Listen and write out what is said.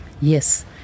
yes